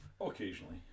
Occasionally